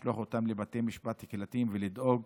לשלוח אותם לבתי משפט קהילתיים ולדאוג